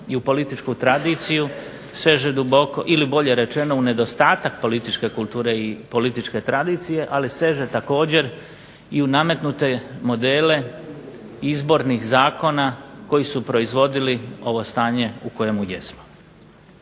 i u političku tradiciju, seže duboko ili bolje rečeno u nedostatak političke kulture i političke tradicije, ali seže također i u nametnute modele izbornih zakona koji su proizvodili ovo stanje u kojemu jesmo.